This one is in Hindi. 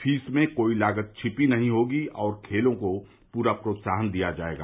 फीस में कोई लागत छिपी हुई नहीं होगी और खेलों को पूरा प्रोत्साहन दिया जायेगा